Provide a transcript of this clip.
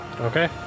Okay